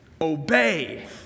obey